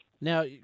now